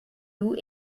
loups